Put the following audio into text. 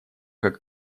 как